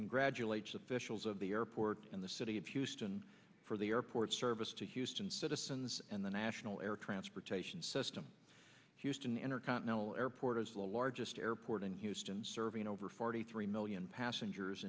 congratulates officials of the airport in the city of houston for the airport service to houston citizens and the national air transportation system houston intercontinental airport is the largest airport in houston serving over forty three million passengers